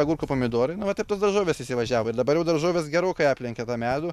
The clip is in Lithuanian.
agurkai pomidorai nu vat ir tos daržovės įsivažiavo ir dabar jau daržovės gerokai aplenkė tą medų